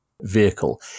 vehicle